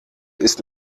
ist